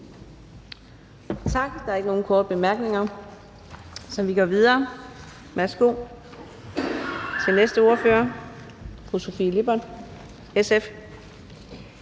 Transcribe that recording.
Tak. Der er ikke nogen korte bemærkninger, så vi går videre. Værsgo til næste ordfører. Fru Sofie Lippert, SF.